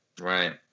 Right